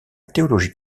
théologie